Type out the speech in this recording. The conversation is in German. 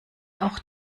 auch